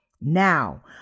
Now